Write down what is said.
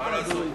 מה לעשות?